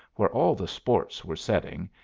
where all the sports were setting,